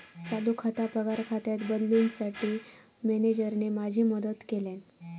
चालू खाता पगार खात्यात बदलूंसाठी मॅनेजरने माझी मदत केल्यानं